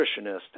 nutritionist